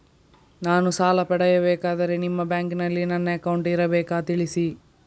ನಾನು ಸಾಲ ಪಡೆಯಬೇಕಾದರೆ ನಿಮ್ಮ ಬ್ಯಾಂಕಿನಲ್ಲಿ ನನ್ನ ಅಕೌಂಟ್ ಇರಬೇಕಾ ತಿಳಿಸಿ?